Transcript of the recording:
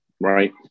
right